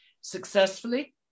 successfully